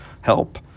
help